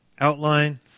outline